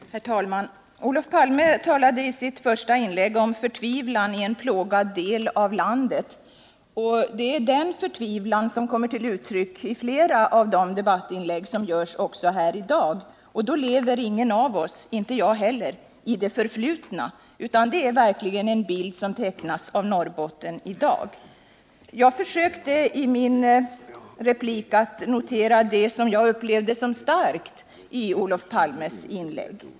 Herr talman! Olof Palme talade i sitt första inlägg om förtvivlan i en plågad del av landet. Denna förtvivlan har kommit till uttryck i flera av de debattinlägg som gjorts här i dag. Då lever ingen av oss — inte jag heller - i det förflutna, utan det är verkligen en bild av Norrbotten av i dag som tecknas. Jag försökte i min replik notera det som jag upplevde starkast i Olof Palmes inlägg.